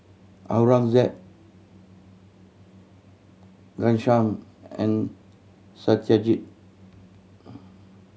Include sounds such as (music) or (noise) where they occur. Aurangzeb Ghanshyam and Satyajit (noise)